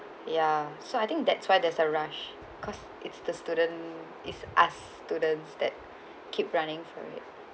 ya so I think that's why there's a rush cause it's the student is us students that keep running for it